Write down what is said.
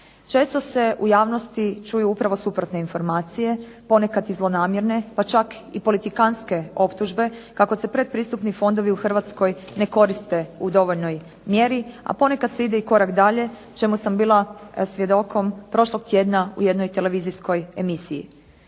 Često se u javnosti čuju upravo suprotno informacije, ponekad i zlonamjerne pa čak i politikantske optužbe kako se predpristupni fondovi u Hrvatskoj ne koriste u dovoljnoj mjeri, a ponekad se ide i korak dalje čemu sam bila svjedokom prošlog tjedna u jednoj televizijskoj emisiji.